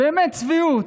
באמת צביעות,